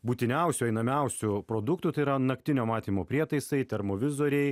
būtiniausių einamiausių produktų tai yra naktinio matymo prietaisai termovizoriai